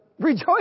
Rejoice